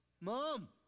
mom